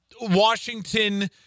Washington